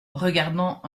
regardant